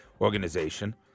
organization